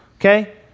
okay